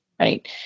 Right